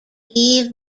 yves